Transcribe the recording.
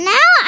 Now